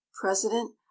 president